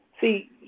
See